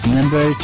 Number